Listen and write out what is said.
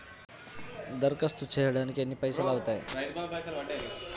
దరఖాస్తు చేయడానికి ఎన్ని పైసలు అవుతయీ?